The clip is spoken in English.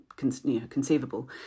conceivable